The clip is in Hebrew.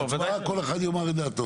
בהצבעה כל אחד יאמר את דעתו.